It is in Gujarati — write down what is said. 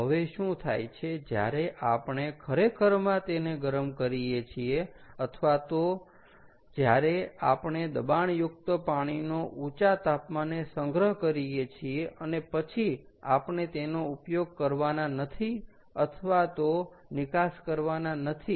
તો હવે શું થાય છે જ્યારે આપણે ખરેખરમાં તેને ગરમ કરીએ છીએ અથવા તો જ્યારે આપણે દબાણયુક્ત પાણીનો ઊંચા તાપમાને સંગ્રહ કરીએ છીએ અને પછી આપણે તેનો ઉપયોગ કરવાના નથી અથવા તો નિકાસ કરવાના નથી